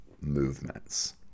movements